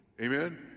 Amen